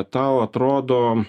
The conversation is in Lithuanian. tau atrodo